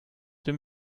dem